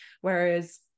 whereas